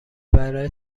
برای